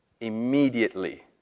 Immediately